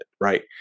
Right